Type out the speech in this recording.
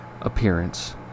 appearance